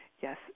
Yes